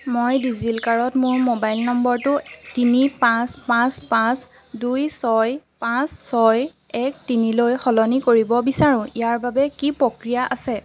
মই ডিজিলকাৰত মোৰ মোবাইল নম্বৰটো তিনি পাঁচ পাঁচ পাঁচ দুই ছয় পাঁচ ছয় এক তিনিলৈ সলনি কৰিব বিচাৰোঁ ইয়াৰ বাবে কি প্ৰক্ৰিয়া আছে